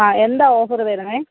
ആ എന്താ ഓഫർ വരുന്നത്